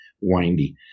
windy